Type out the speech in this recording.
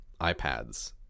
iPads